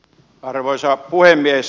arvoisa puhemies